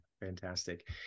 Fantastic